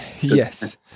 yes